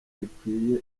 rikwiye